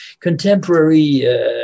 contemporary